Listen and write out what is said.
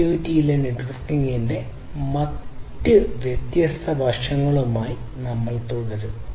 IoT യിലെ നെറ്റ്വർക്കിംഗിന്റെ മറ്റ് വ്യത്യസ്ത വശങ്ങളുമായി നമ്മൾ തുടരും